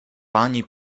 pani